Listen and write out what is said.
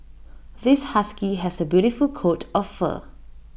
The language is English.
this husky has A beautiful coat of fur